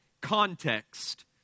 context